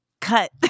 cut